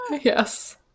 Yes